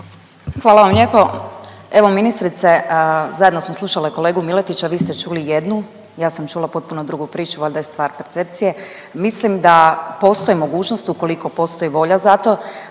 Hvala vam lijepo. Evo ministrice, zajedno smo slušale kolegu Miletića vi ste čuli jednu, ja sam čula potpuno drugu priču, valjda je stvar percepcije. Mislim da postoji mogućnost ukoliko postoji volja za to,